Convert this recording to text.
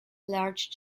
large